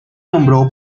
nombró